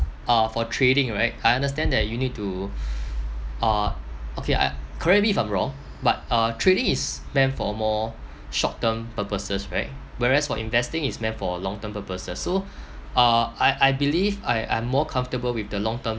uh for trading right I understand that you need to uh okay I correct me if I'm wrong but uh trading is meant for a more short term purposes right whereas for investing is meant for a long term purposes so uh I I believe I I'm more comfortable with the long term